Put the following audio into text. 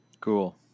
Cool